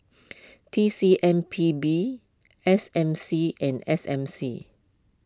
T C M P B S M C and S M C